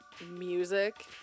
Music